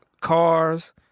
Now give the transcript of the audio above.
cars